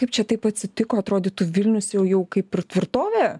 kaip čia taip atsitiko atrodytų vilnius jau jau kaip ir tvirtovė